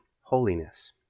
holiness